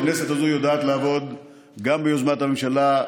הכנסת הזאת יודעת לעבוד גם ביוזמת הממשלה,